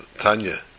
Tanya